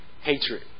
hatred